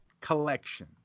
collection